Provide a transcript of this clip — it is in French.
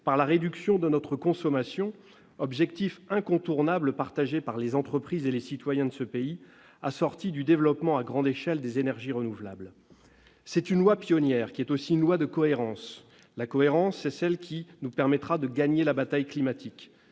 par la réduction de notre consommation, objectif incontournable partagé par les entreprises et les citoyens de ce pays, assortie du développement à grande échelle des énergies renouvelables. Il s'agit bien d'une loi pionnière, qui est en outre une loi de cohérence. C'est la cohérence qui nous permettra de gagner la bataille climatique